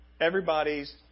everybody's